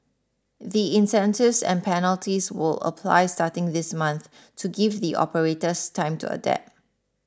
the incentives and penalties will apply starting this month to give the operators time to adapt